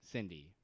Cindy